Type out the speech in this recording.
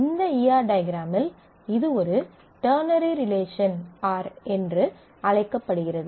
இந்த E R E R டயக்ராமில் இது ஒரு டெர்னரி ரிலேஷன் R என்று அழைக்கப்படுகிறது